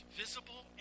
visible